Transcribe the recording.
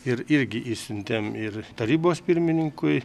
ir irgi išsiuntėm ir tarybos pirmininkui